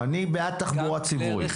אני בעד תחבורה ציבורית.